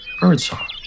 birdsong